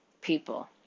people